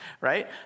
right